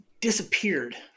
disappeared